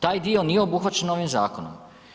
Taj dio nije obuhvaćen ovim zakonom.